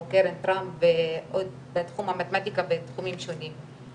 כמו קרן טראמפ ועוד בתחום המתמטיקה ותחומים שונים,